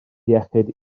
iechyd